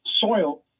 soil